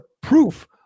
proof